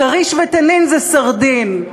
"כריש" ו"תנין" זה סרדין.